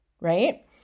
right